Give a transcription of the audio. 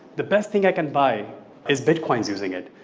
the best thing i can buy is bit coins using it.